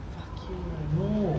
fuck you lah no